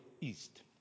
East